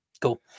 cool